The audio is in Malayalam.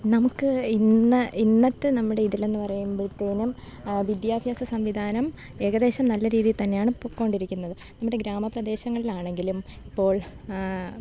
നമുക്ക് ഇന്ന് ഇന്നത്തെ നമ്മുടെ ഇതിലെന്ന് പറയുമ്പോത്തേക്കും വിദ്യാഭാസ സംവിധാനം ഏകദേശം നല്ല രീതി തന്നെയാണ് പോയിക്കൊണ്ടിരിക്കുന്നത് നമ്മുടെ ഗ്രാമപ്രദേശങ്ങളിലാണെങ്കിലും ഇപ്പോൾ